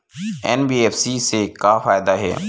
NBFC से का फ़ायदा हे?